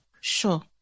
Sure